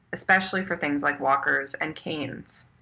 especially for things like walkers and canes.